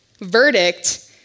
verdict